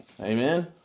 Amen